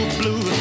blue